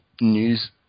news